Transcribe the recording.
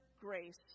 grace